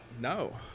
No